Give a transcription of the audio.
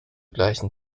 gleichen